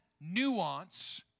nuance